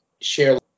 share